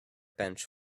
bench